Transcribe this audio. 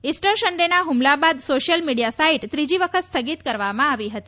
Easter સન્ડેના હુમલા બાદ સોશિયલ મીડિયા સાઈટ ત્રીજી વખત સ્થગિત કરવામાં આવી હતી